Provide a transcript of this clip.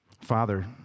Father